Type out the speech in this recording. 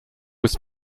was